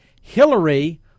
Hillary